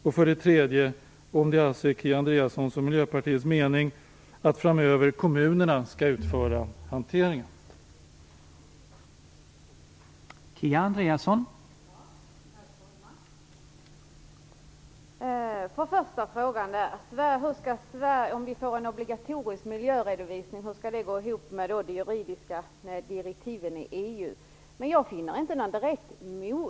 Är det Kia Andreassons och Miljöpartiets mening att kommunerna skall sköta hanteringen framöver?